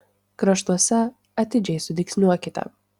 kraštuose atidžiai sudygsniuokite